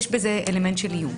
יש בזה אלמנט של איום.